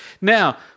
Now